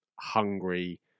hungry